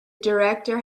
director